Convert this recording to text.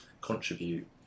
contribute